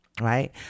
right